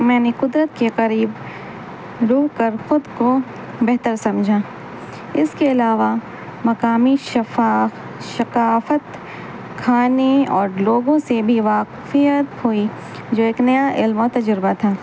میں نے قدرت کے قریب روک کر خود کو بہتر سمجھا اس کے علاوہ مقامی شفاخ ثقافت کھانے اور لوگوں سے بھی وافیت ہوئی جو ایک نیا علملمہ تجربہ تھا